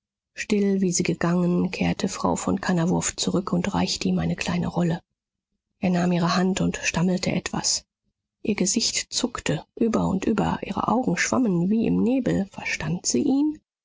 still wie sie gegangen kehrte frau von kannawurf zurück und reichte ihm eine kleine rolle er nahm ihre hand und stammelte etwas ihr gesicht zuckte über und über ihre augen schwammen wie im nebel verstand sie ihn